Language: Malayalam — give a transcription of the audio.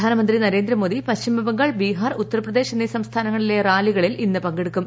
പ്രധാനമന്ത്രി നരേന്ദ്രമോദി പശ്ചിമബംഗാൾ ബിഹാർ ഉത്തർപ്രദേശ് എന്നീ സംസ്ഥാനങ്ങളിലെ റാലികളിൽ ഇന്ന് പങ്കെടുക്കും